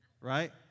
Right